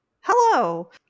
Hello